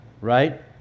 right